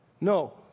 No